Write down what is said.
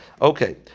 Okay